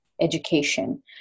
education